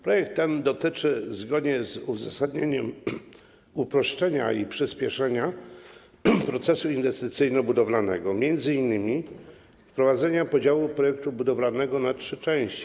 Projekt ten dotyczy, zgodnie z uzasadnieniem, uproszczenia i przyspieszenia procesu inwestycyjno-budowlanego, m.in. wprowadzenia podziału projektu budowlanego na trzy części.